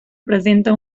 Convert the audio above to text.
presenta